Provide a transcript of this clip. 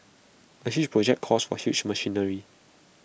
A huge project calls for huge machinery